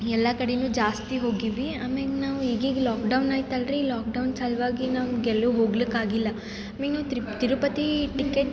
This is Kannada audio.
ಎಲ್ಲ ಕಡೆ ಜಾಸ್ತಿ ಹೋಗೀವಿ ಆಮೇಗೆ ನಾವು ಈಗೀಗ ಲಾಕ್ಡೌನ್ ಐತಲ್ರಿ ಲಾಕ್ಡೌನ್ ಸಲುವಾಗಿ ನಾವು ಎಲ್ಲೂ ಹೋಗ್ಲಿಕ್ಕೆ ಆಗಿಲ್ಲ ಅಮೆಗ್ನು ತ್ರಿಬ್ ತಿರುಪತೀ ಟಿಕೆಟ್